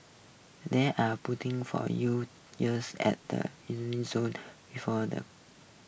there are puting for you at the zone before the